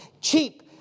cheap